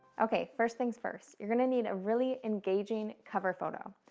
okay, first things first. you're gonna need a really engaging cover photo.